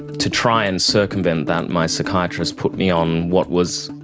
to try and circumvent that, my psychiatrist put me on what was,